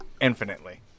infinitely